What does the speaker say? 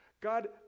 God